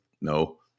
No